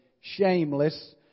shameless